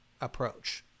approach